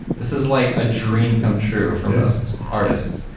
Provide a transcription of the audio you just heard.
this is like a dream come true for most artists.